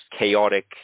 chaotic